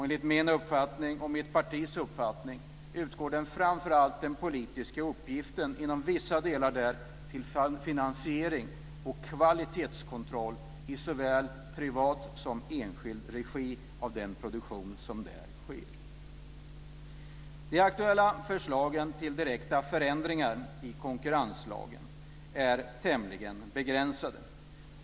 Enligt min och mitt partis uppfattning går den politiska uppgiften inom vissa delar där framför allt ut på finansiering och kvalitetskontroll av den produktion som sker i såväl privat som enskild regi. De aktuella förslagen till direkta förändringar i konkurrenslagen är tämligen begränsade.